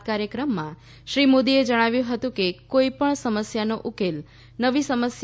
લાવી શકાય કાર્યક્રમમાં શ્રીમોદીએ જણાવ્યું હતું કે કોઈપણ સમસ્યાનો ઉકેલ નવી સમસ્યા